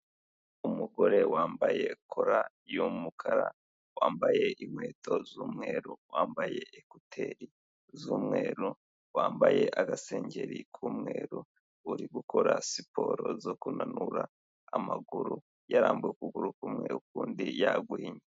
Umugore wambaye kora y'umukara. Wambaye inkweto z'umweru. Wambaye écouteur z'umweru. Wambaye agasengeri k'umweru. Urigukora siporo zo kunanura amaguru, yarambu ye ukuguru kumwe ukundi yaguhinnye.